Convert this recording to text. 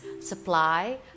supply